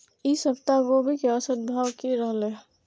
ई सप्ताह गोभी के औसत भाव की रहले?